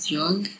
young